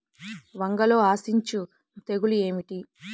వంగలో ఆశించు తెగులు ఏమిటి?